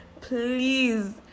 please